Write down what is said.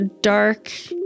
dark